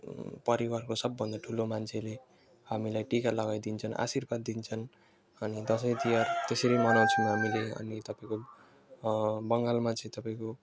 परिवारको सबभन्दा ठुलो मान्छेले हामीलाई टिका लगाइ दिन्छन् आशिर्वाद दिन्छन् अनि दसैँ तिहार त्यसरी मनाउँछौँ हामीले अनि तपाईँको बङ्गालमा चाहिँ तपाईँको